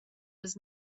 was